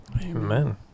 Amen